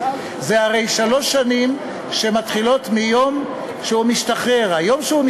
זה הרי שלוש שנים שמתחילות מיום שהוא משתחרר,